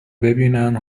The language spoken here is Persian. ببینن